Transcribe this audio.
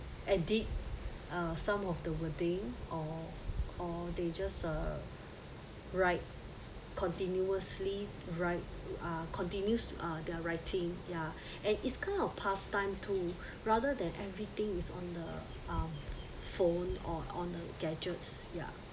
edit uh some of the wording or or they just uh write continuously write uh continues their writing yeah and it's kind of past time to rather than everything is on the um phone or on the gadgets ya